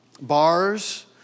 bars